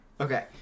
Okay